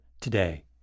today